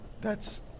That's-